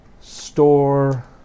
store